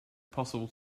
possible